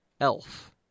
Elf